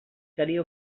calia